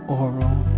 oral